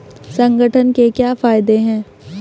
संगठन के क्या फायदें हैं?